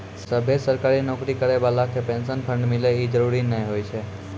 सभ्भे सरकारी नौकरी करै बाला के पेंशन फंड मिले इ जरुरी नै होय छै